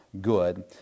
good